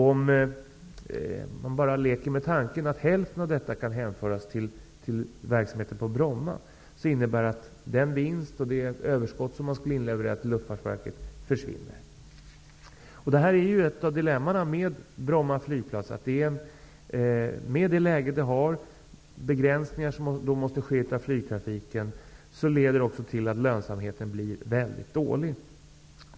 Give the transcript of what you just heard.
Om man leker med tanken att hälften av detta belopp kan hänföras till verksamheten på Bromma innebär det att den vinst och det överskott som Bromma skulle ha inlevererat till Luftfartsverket försvinner. Ett dilemma med Bromma flygplats är att flygtrafiken måste begränsas, i och med flygplatsens läge. Det leder till att lönsamheten blir mycket dålig.